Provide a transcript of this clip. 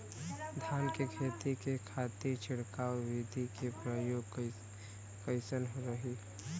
धान के खेती के खातीर छिड़काव विधी के प्रयोग कइसन रही?